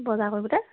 বজাৰ কৰিবলৈ